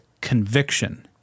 conviction